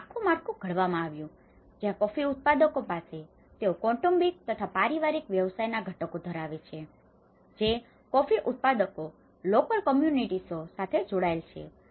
અને આખું માળખું ઘડવામાં આવ્યું છે જ્યાં કોફી ઉત્પાદકો પાસે તેઓ કૌટુંબિક તથા પારિવારિક વ્યવસાયોના ઘટકો ધરાવે છે જે કોફી ઉત્પાદકો લોકલ કોમ્યુનિટીસો local communities સ્થાનિક સમુદાય સાથે જોડાયેલા છે